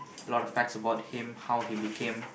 lots of facts about him how he became